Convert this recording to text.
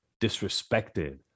disrespected